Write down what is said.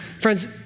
Friends